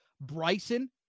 Bryson